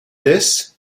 this